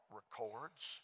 records